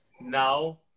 Now